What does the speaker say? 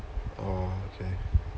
oh okay